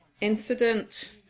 incident